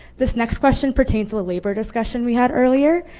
this next question pertains to the labor discussion we had earlier.